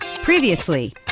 Previously